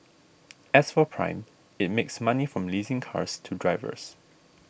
as for Prime it makes money from leasing cars to drivers